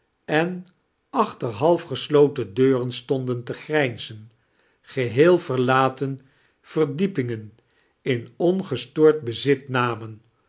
en achter half gesloten deuren stonden te grijmizen geheel verlaten verddiepingea in onges toord bezit namen